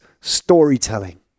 storytelling